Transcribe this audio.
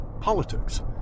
politics